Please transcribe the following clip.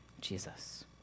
Jesus